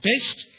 best